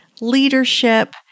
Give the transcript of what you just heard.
leadership